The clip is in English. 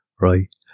right